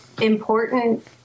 important